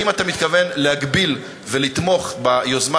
האם אתה מתכוון להגביל ולתמוך ביוזמה